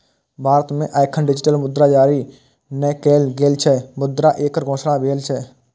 भारत मे एखन डिजिटल मुद्रा जारी नै कैल गेल छै, मुदा एकर घोषणा भेल छै